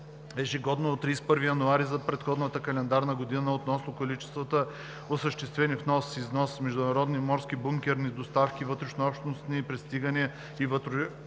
ежегодно до 31 януари за предходната календарна година относно количествата осъществени внос, износ, международни морски бункерни доставки, вътрешнообщностни пристигания и вътрешнообщностни